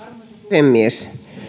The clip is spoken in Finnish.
puhemies